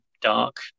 dark